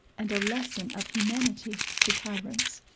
and a lesson of humanity to tyrants.